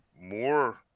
more